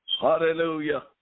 Hallelujah